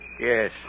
Yes